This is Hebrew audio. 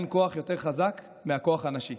אין כוח יותר חזק מהכוח הנשי.